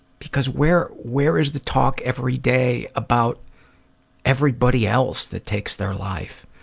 because where where is the talk every day about everybody else that takes their life?